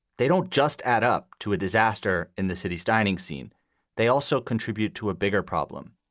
they don't just add up to a disaster in the city's dining scene they also contribute to a bigger problem,